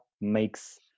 makes